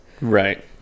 right